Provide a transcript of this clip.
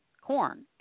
corn